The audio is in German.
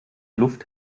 luft